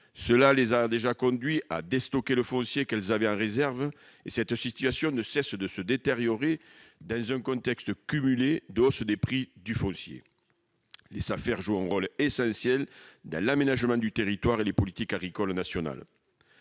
Cela les a déjà conduites à déstocker le foncier qu'elles avaient en réserve, et la situation ne cesse de se détériorer dans un contexte de hausse des prix du foncier. Les Safer jouent un rôle essentiel dans l'aménagement du territoire et la politique agricole nationale.